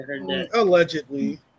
Allegedly